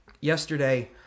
Yesterday